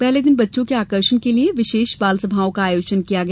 पहले दिन बच्चों के आकर्षण हेतु विशेष बालसभा का आयोजन किया गया